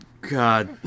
God